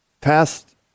past